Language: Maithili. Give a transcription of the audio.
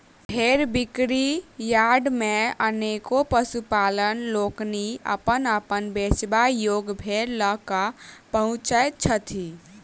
भेंड़ बिक्री यार्ड मे अनेको पशुपालक लोकनि अपन अपन बेचबा योग्य भेंड़ ल क पहुँचैत छथि